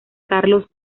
carlos